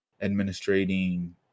administrating